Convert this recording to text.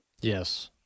Yes